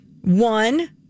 One